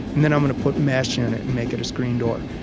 and then i'm going to put mesh in it and make it a screen door.